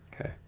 Okay